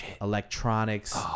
electronics